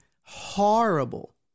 horrible